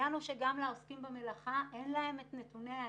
העניין הוא שגם לעוסקים במלאכה אין את נתוני האמת.